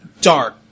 dark